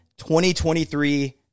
2023